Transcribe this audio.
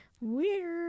Weird